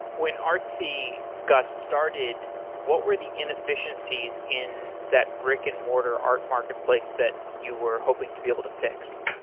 when artsy got started, what were the inefficiencies in that brick-and-mortar art marketplace that you were hoping to be able to fix?